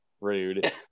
Rude